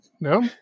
No